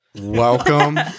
Welcome